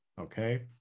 okay